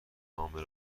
نامه